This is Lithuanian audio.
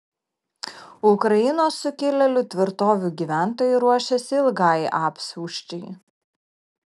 ukrainos sukilėlių tvirtovių gyventojai ruošiasi ilgai apsiausčiai